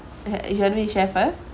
you want me to share first